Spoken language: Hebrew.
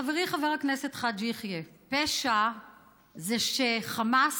חברי חבר הכנסת חאג' יחיא, פשע זה שחמאס